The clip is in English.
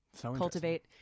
cultivate